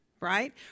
right